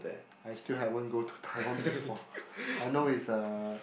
I still haven't go to Taiwan before I know it's a